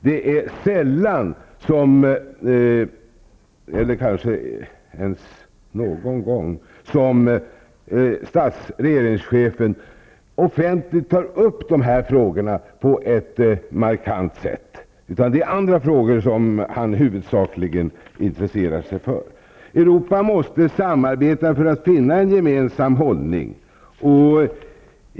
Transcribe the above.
Det är sällan -- om det ens har skett någon gång -- som regeringschefen offentligt tar upp dessa frågor på ett markant sätt. Det är andra frågor som han huvudsakligen intresserar sig för. Europa måste samarbeta för att finna en gemensam hållning.